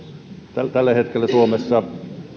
tällä tällä hetkellä suomessa